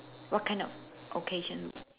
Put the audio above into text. what kind of occasion